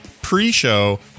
pre-show